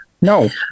No